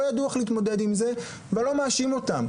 ידעו איך להתמודד עם זה ואני לא מאשים אותם,